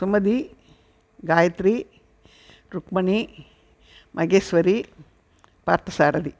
Sumathi Gayathri Rukmani Maheswari Parthasarathy